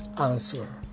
answer